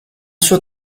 sua